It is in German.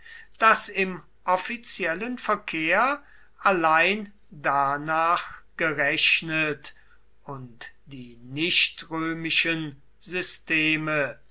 daß im offiziellen verkehr allein danach gerechnet und die nichtrömischen systeme